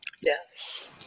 Yes